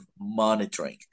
monitoring